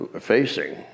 facing